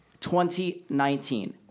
2019